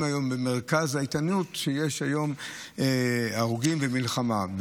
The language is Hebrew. במרכז ההתעניינות כשיש הרוגים ומלחמה,